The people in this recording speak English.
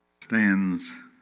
stands